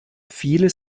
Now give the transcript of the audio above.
viele